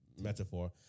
metaphor